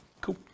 Cool